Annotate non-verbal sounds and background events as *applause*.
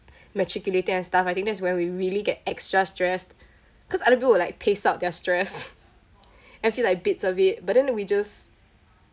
matriculating and stuff I think that's when we really get extra stressed cause other people will like pace out their stress *laughs* and feel like bits of it but then we just